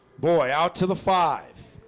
boy out to the five